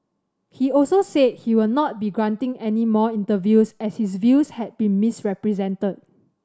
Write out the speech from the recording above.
he also said he will not be granting any more interviews as his views had been misrepresented